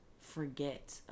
forget